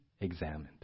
examined